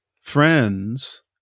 friends